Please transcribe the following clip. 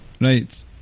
Right